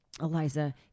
Eliza